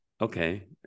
Okay